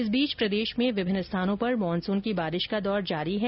इस बीच प्रदेश में विभिन्न स्थानों पर मानसून की बारिश का दौर जारी है